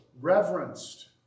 reverenced